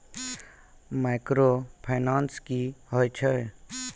Microfinance की होय छै?